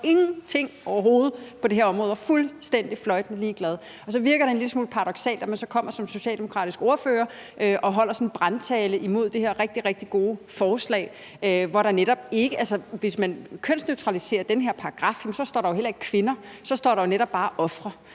ingenting på det her område overhovedet og var fuldstændig fløjtende ligeglad. Og så virker det en lille smule paradoksalt, at man så kommer som socialdemokratisk ordfører og holder sådan en brandtale imod det her rigtig, rigtig gode forslag. Hvis man kønsneutraliserer den her paragraf, står der jo heller ikke »kvinder«, så står der jo netop bare »ofre«.